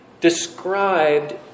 described